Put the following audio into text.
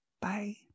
Bye